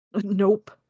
Nope